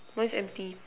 mines empty